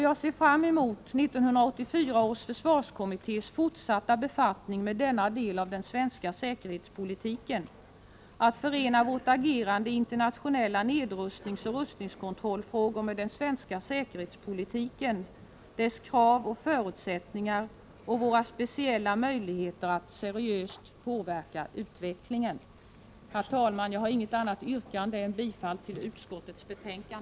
Jag ser fram mot 1984 års försvarskommittés fortsatta befattning med denna del av den svenska säkerhetspolitiken — att förena vårt agerande i internationella nedrustningsoch rustningskontrollsfrågor med den svenska säkerhetspolitiken —, dess krav och förutsättningar samt våra speciella möjligheter att seriöst påverka utvecklingen. Herr talman! Jag har inget annat yrkande än bifall till utskottets hemställan.